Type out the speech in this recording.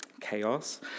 chaos